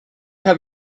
have